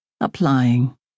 Applying